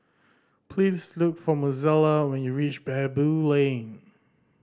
please look for Mozella when you reach Baboo Lane